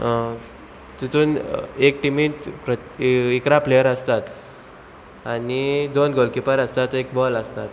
तितून एक टिमींत एकरा प्लेयर आसतात आनी दोन गोलकिपर आसतात एक बॉल आसतात